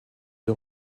des